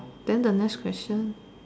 then the next question